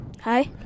Hi